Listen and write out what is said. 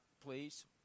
please